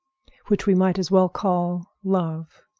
which we might as well call love.